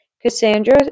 Cassandra